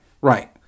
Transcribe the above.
right